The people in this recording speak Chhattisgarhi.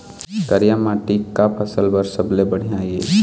करिया माटी का फसल बर सबले बढ़िया ये?